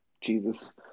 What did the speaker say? Jesus